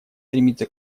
стремиться